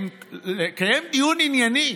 לקיים דיון ענייני,